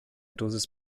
dosis